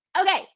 okay